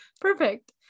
perfect